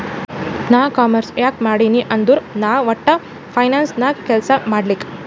ನಾ ಕಾಮರ್ಸ್ ಯಾಕ್ ಮಾಡಿನೀ ಅಂದುರ್ ನಾ ವಟ್ಟ ಫೈನಾನ್ಸ್ ನಾಗ್ ಕೆಲ್ಸಾ ಮಾಡ್ಲಕ್